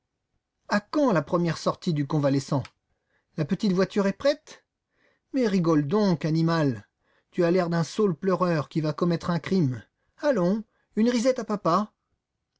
à quand la première sortie du convalescent la petite voiture est prête mais rigole donc animal tu as l'air d'un saule pleureur qui va commettre un crime allons une risette à papa